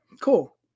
cool